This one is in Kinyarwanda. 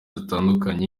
zitandukanye